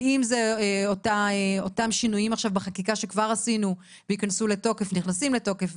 אם אלו אותם שינויים עכשיו בחקיקה שכבר עשינו ונכנסים לתוקף,